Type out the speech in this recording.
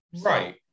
Right